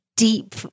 Deep